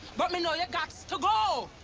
but me know you gots to go!